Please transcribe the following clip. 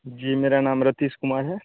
जी मेरा नाम रतीश कुमार है